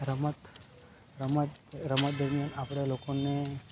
રમત રમત રમત દરમિયાન આપણે લોકોને